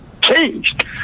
changed